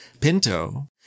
Pinto